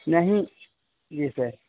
نہیں جی سر